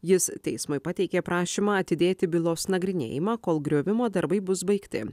jis teismui pateikė prašymą atidėti bylos nagrinėjimą kol griovimo darbai bus baigti